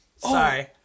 Sorry